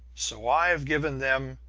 so i've given them